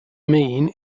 mean